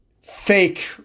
fake